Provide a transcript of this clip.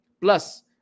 Plus